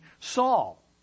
Saul